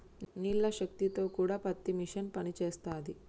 నీళ్ల శక్తి తో కూడా పత్తి మిషన్ పనిచేస్తది